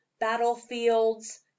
battlefields